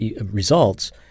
results